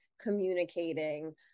communicating